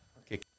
Okay